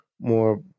more